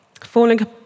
Falling